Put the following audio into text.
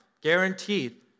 guaranteed